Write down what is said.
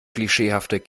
klischeehafter